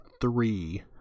three